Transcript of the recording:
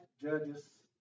judges